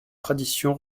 tradition